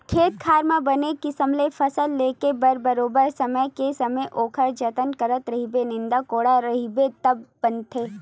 खेत खार म बने किसम ले फसल के ले बर बरोबर समे के समे ओखर जतन करत रहिबे निंदत कोड़त रहिबे तब बनथे